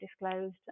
disclosed